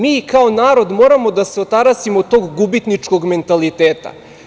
Mi kao narod moramo da se otarasimo tog gubitničkog mentaliteta.